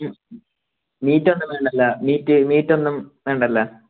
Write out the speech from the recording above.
meet ഒന്നും വേണ്ടല്ലോ meat meat ഒന്നും വേണ്ടല്ലോ